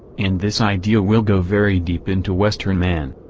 and this idea will go very deep into western man.